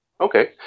Okay